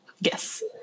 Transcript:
Yes